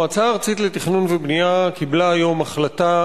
המועצה הארצית לתכנון ובנייה קיבלה היום החלטה